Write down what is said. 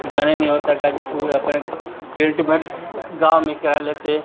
जाने नहीं होता गाजीपुर अपने ट्रीटमेंट गाँव में ही करा लेते